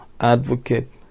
advocate